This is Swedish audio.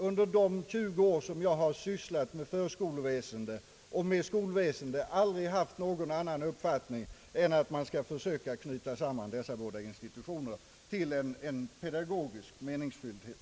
Under de tjugo år jag har sysslat med förskoleväsendet och skolväsendet har jag aldrig haft någon annan uppfattning än att man skall försöka knyta samman dessa båda institutioner till en pedagogisk meningsfylldhet.